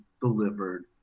delivered